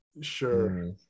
Sure